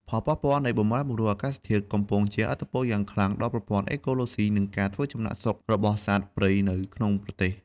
ផលប៉ះពាល់នៃបម្រែបម្រួលអាកាសធាតុកំពុងជះឥទ្ធិពលយ៉ាងខ្លាំងដល់ប្រព័ន្ធអេកូឡូស៊ី និងការធ្វើចំណាកស្រុករបស់សត្វព្រៃនៅក្នុងប្រទេស។